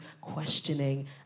questioning